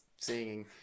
singing